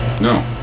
No